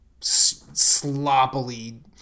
sloppily